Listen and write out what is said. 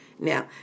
Now